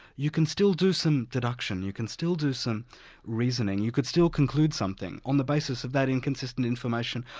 you can still do some deduction, you can still do some reasoning, you could still conclude something on the basis of that inconsistent information.